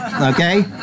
okay